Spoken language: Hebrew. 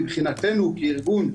מבחינתנו כארגון,